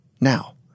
now